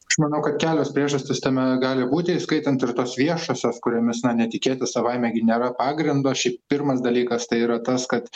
aš manau kad kelios priežastys tame gali būti įskaitant ir tos viešosios kuriomis na netikėti savaime gi nėra pagrindo šiaip pirmas dalykas tai yra tas kad